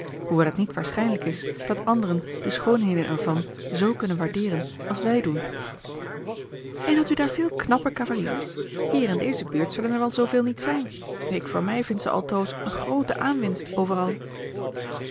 hoewel het niet waarschijnlijk is dat anderen de schoonheden ervan z kunnen waardeeren als wij doen en hadt u daar veel knappe cavaliers hier in deze buurt zullen er wel zooveel niet zijn ik voor mij vind ze altoos een groote aanwinst overal